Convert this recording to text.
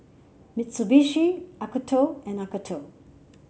Mitsubishi Acuto and Acuto